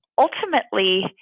ultimately